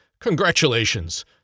Congratulations